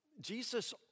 Jesus